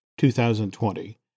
2020